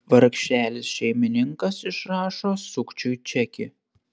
vargšelis šeimininkas išrašo sukčiui čekį